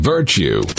Virtue